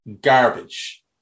garbage